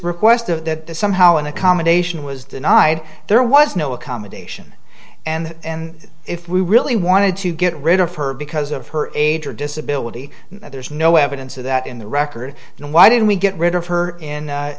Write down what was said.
request of that somehow an accommodation was denied there was no accommodation and if we really wanted to get rid of her because of her age or disability there's no evidence of that in the record and why didn't we get rid of her